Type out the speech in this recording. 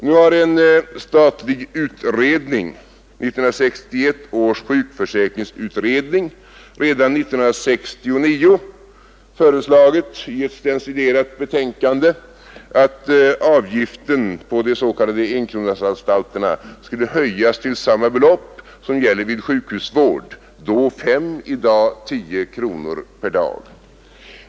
Nu har en statlig utredning, 1961 års sjukförsäkringsutredning, redan 1969 föreslagit i ett stencilerat betänkande att avgiften på de s.k. enkronasanstalterna skulle höjas till samma belopp som gäller vid sjukhusvård, då 5 kronor, i dag 10 kronor per dag.